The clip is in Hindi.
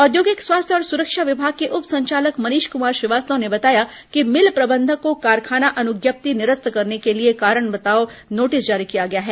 औद्योगिक स्वास्थ्य और सुरक्षा विभाग के उप संचालक मनीष कुमार श्रीवास्तव ने बताया कि मिल प्रबंधक को कारखाना अनुज्ञप्ति निरस्त करने के लिए कारण बताओ नोटिस जारी किया गया है